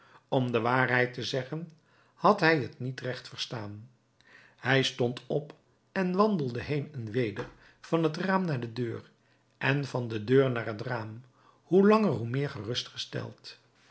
om de waarheid te zeggen had hij t niet recht verstaan hij stond op en wandelde heen en weder van het raam naar de deur en van de deur naar t raam hoe langer hoe meer